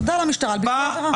נודע למשטרה על ביצוע עבירה.